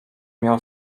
miał